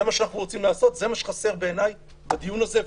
מה שאנחנו צריכים לעשות וזה מה שבעיני חסר בדיון הזה.